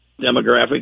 demographic